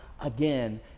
again